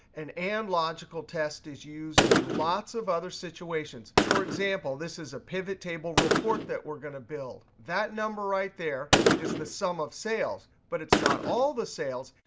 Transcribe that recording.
an and logical test is used in lots of other situations. for example, this is a pivot table report that we're going to build. that number right there is the sum of sales, but it's not all the sales.